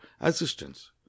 assistance